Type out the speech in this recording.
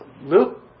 Luke